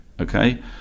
Okay